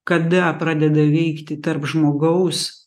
kada pradeda veikti tarp žmogaus